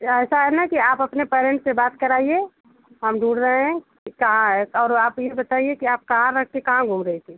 या ऐसा है ना कि आप अपने पैरेंट्स से बात कराइए हम ढूंढ रहे हैं कि कहाँ है और आप ये बताइए कि आप कहाँ रख के कहाँ घूम रही थीं